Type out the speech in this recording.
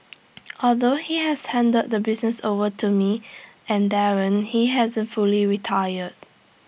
although he has handed the business over to me and Darren he hasn't fully retired